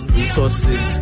resources